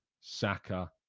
Saka